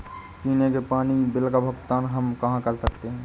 पीने के पानी का बिल का भुगतान हम कहाँ कर सकते हैं?